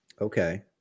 Okay